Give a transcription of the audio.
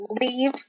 Leave